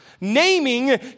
Naming